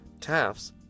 TAFs